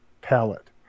palette